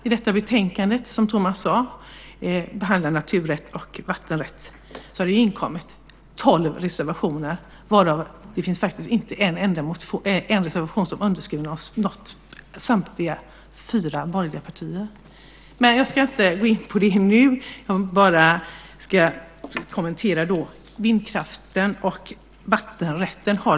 I detta betänkande behandlas, som Tomas sade, naturrätt och vattenrätt. Där finns tolv reservationer, varav inte en enda är undertecknad av samtliga fyra borgerliga partier. Jag ska dock inte nu gå in på det utan i stället hålla mig till vindkraften och vattenrätten.